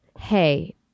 Hey